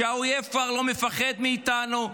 שהאויב כבר לא מפחד מאיתנו,